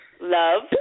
Love